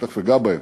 ותכף אגע בהם,